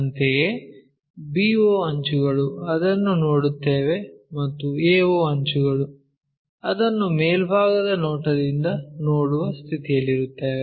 ಅಂತೆಯೇ b o ಅಂಚುಗಳು ಅದನ್ನು ನೋಡುತ್ತೇವೆ ಮತ್ತು a o ಅಂಚುಗಳು ಅದನ್ನು ಮೇಲ್ಭಾಗದ ನೋಟದಿಂದ ನೋಡುವ ಸ್ಥಿತಿಯಲ್ಲಿರುತ್ತೇವೆ